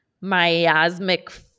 miasmic